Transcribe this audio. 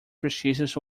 prestigious